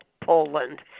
Poland